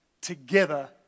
together